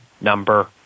number